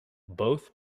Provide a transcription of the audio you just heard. both